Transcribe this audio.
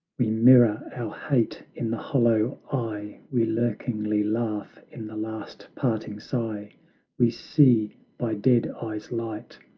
we mirror our hate in the hollow eye, we lurkingly laugh in the last parting sigh we see by dead eyes' light,